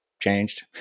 changed